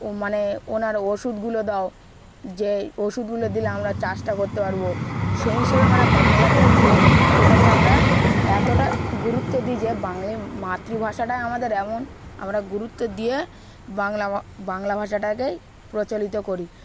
ও মানে ওনার ওষুধগুলো দাও যে ওষুধগুলো দিলে আমরা চাষটা করতে পারবো সেই হিসেবে মানে বাংলাতে টোটালি আমরা এতটা গুরুত্ব দিই যে বাংলায় মাতৃভাষাটাই আমাদের এমন আমরা গুরুত্ব দিয়ে বাংলা বাংলা ভাষাটাকেই প্রচলিত করি